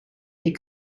est